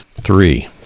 three